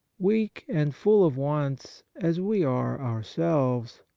weak and full of wants as we are our selves,